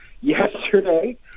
yesterday